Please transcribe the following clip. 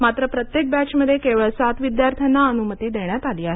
मात्र प्रत्येक बॅचमध्ये केवळ सात विद्यार्थ्यांना अनुमती देण्यात आली आहे